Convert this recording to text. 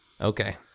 Okay